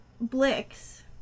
blix